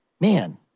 man